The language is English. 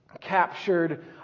captured